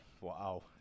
Wow